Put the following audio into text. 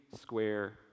square